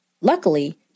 Luckily